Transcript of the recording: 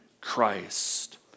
Christ